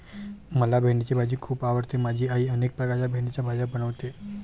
मला भेंडीची भाजी खूप आवडते माझी आई अनेक प्रकारच्या भेंडीच्या भाज्या बनवते